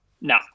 No